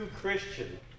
Christian